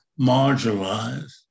marginalized